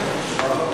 התשובה היא לא.